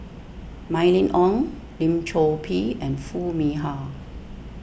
Mylene Ong Lim Chor Pee and Foo Mee Har